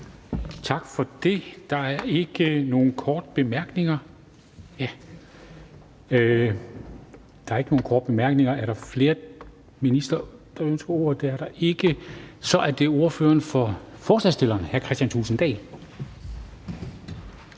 Tak for det. Der er ikke nogen korte bemærkninger. Er der flere, der ønsker ordet? Det er der ikke. Så er det ordføreren for forslagsstillerne, hr. Kristian Thulesen Dahl,